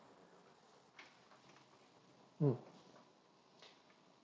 mm